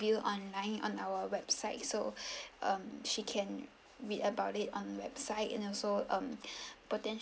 ~view online on our website so um she can read about it on website and also um poten~